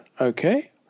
Okay